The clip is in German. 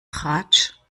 tratsch